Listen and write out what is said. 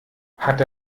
hat